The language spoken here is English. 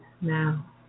now